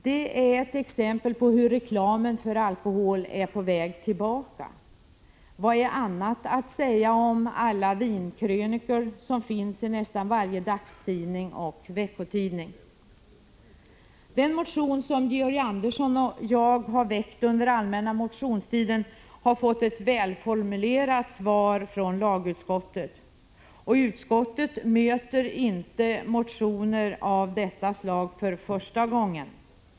Detta är ett exempel på hur reklamen för alkohol är på väg tillbaka. Vad är annat att säga om alla vinkrönikor som finns i nästan varje dagstidning och veckotidning? Den motion som Georg Andersson och jag har väckt under allmänna motionstiden har fått ett välformulerat svar från lagutskottet. Utskottet möter inte motioner av detta slag för första gången.